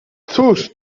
cóż